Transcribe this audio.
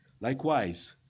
Likewise